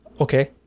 Okay